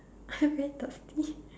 I very thirsty